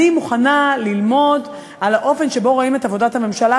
אני מוכנה ללמוד על האופן שבו רואים את עבודת הממשלה,